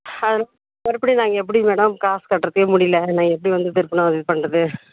அதான் மறுபுடியும் நாங்கள் எப்படி மேடம் காசு கட்டுறதுக்கே முடியல நான் எப்படி வந்து திருப்பணும் அது இது பண்ணுறது